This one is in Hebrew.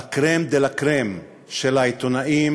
בקרם דלה קרם, של העיתונאים